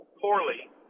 poorly